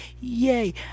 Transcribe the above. Yay